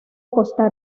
costa